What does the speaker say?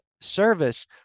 Service